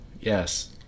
Yes